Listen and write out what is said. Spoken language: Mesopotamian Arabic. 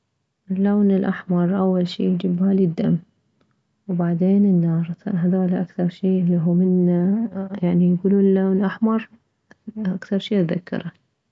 اللون الاحمر اول شي يجي ببالي الدم وبعدين النار هذول اكثر شي انه من يعني يكولون اللون احمر اكثر شي اتذكره